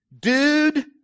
Dude